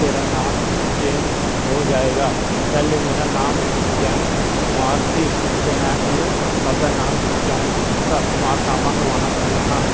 ਤੇਰਾ ਨਾਮ ਚੇਂਜ ਹੋ ਜਾਏਗਾ ਪਹਿਲੇ ਮੇਰਾ ਨਾਮ ਸੁਖਚੈਨ ਕੁਮਾਰ ਸੀ ਅਤੇ ਮੈਂ ਹੁਣ ਆਪਦਾ ਨਾਮ ਸੁਖਚੈਨ ਸ ਕੁਮਾਰ ਸ਼ਰਮਾ ਕਰਵਾਉਣਾ ਚਾਹੁੰਦਾ ਹਾਂ